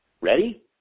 Ready